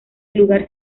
lugar